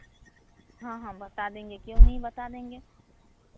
हाँ हाँ बता देंगे क्यों नहीं बता देंगे